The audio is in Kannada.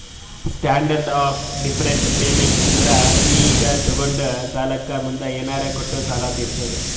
ಸ್ಟ್ಯಾಂಡರ್ಡ್ ಆಫ್ ಡಿಫರ್ಡ್ ಪೇಮೆಂಟ್ ಅಂದುರ್ ಈಗ ತೊಗೊಂಡ ಸಾಲಕ್ಕ ಮುಂದ್ ಏನರೇ ಕೊಟ್ಟು ಸಾಲ ತೀರ್ಸೋದು